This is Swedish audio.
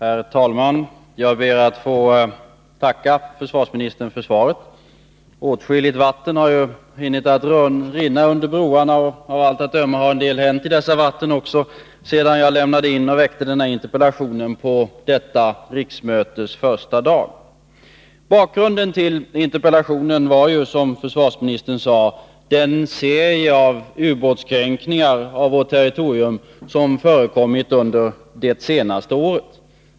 Herr talman! Jag ber att få tacka försvarsministern för svaret. Åtskilligt vatten har hunnit rinna under broarna, och av allt att döma har en del hänt i dessa vatten också sedan jag lämnade in min interpellation på detta riksmötes första dag. Bakgrunden till interpellationen var, som försvarsministern sade, den serie av ubåtskränkningar av vårt territorium som förekommit under det senaste året.